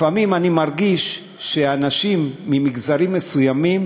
לפעמים אני מרגיש שאנשים ממגזרים מסוימים